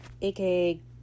aka